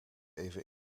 even